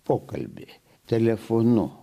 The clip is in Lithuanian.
pokalbį telefonu